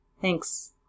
Thanks